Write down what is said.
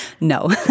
No